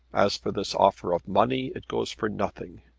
as for this offer of money, it goes for nothing.